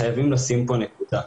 חייבים לשים כאן נקודה.